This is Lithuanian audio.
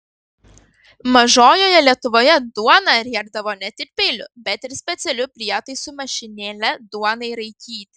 mažojoje lietuvoje duoną riekdavo ne tik peiliu bet ir specialiu prietaisu mašinėle duonai raikyti